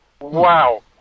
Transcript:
Wow